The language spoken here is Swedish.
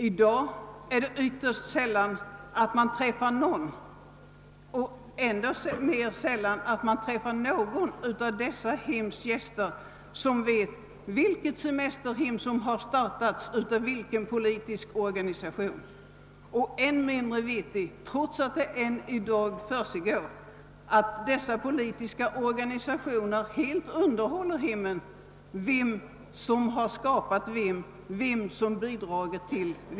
I dag är det ytterst sällan man på dessa semesterhem träffar någon gäst som vet vilket semesterhem som har startats av vilken politisk organisation. Än mindre vet man, trots att det än i dag förekommer, att dessa politiska organisationer helt underhåller hemmen.